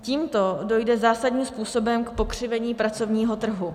Tímto dojde zásadním způsobem k pokřivení pracovního trhu.